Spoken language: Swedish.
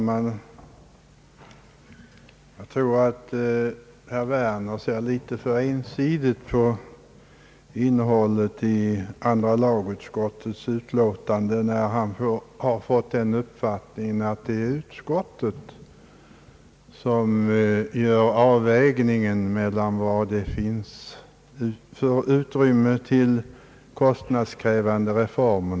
Herr talman! Jag tror herr Werner ser en smula för ensidigt på innehållet i andra lagutskottets utlåtande när han fått uppfattningen att det är utskottet som avväger vilket utrymme som finns för kostnadskrävande reformer.